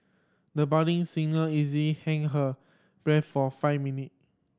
the budding singer easily held her breath for five minute